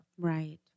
Right